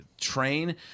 train